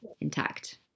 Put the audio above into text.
intact